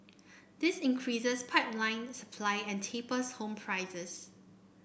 this increases pipeline supply and tapers home prices